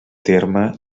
terme